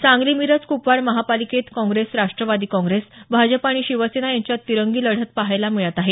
सांगली मिरज क्पवाड महापालिकेत काँग्रेस राष्ट्रवादी काँग्रेस भाजपा आणि शिवसेना यांच्यात तिरंगी लढत पहायला मिळत आहे